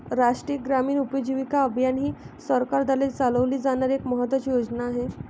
राष्ट्रीय ग्रामीण उपजीविका अभियान ही सरकारद्वारे चालवली जाणारी एक महत्त्वाची योजना आहे